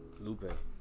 Lupe